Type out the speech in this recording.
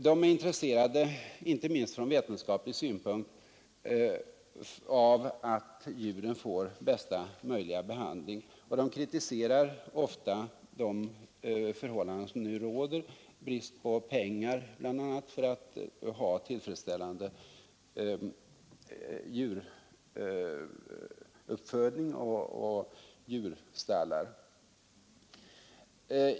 De är intresserade, inte minst från vetenskaplig synpunkt, av att djuren får bästa möjliga behandling, och de kritiserar ofta de förhållanden som nu råder — brist på pengar bl.a. — vilka hindrar tillfredsställande djuruppfödning och djurstallar.